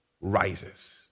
rises